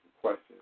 questions